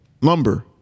lumber